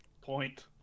Point